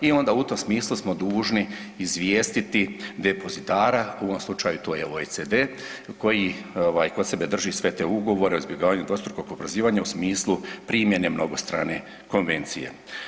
I onda u tom smislu smo dužni izvijestiti depozitara, u ovom slučaju to je OECD, koji ovaj kod sebe drži sve te ugovore o izbjegavanju dvostrukog oporezivanja u smislu primjene mnogostrane konvencije.